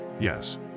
yes